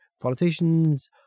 politicians